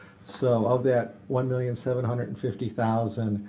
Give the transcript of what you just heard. so of that one million seven hundred and fifty thousand